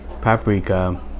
paprika